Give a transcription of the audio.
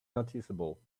noticeable